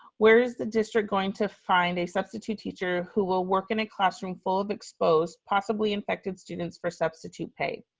where is the district going to find a substitute teacher who will work in a classroom full of exposed, possibly infected students for substitute pay?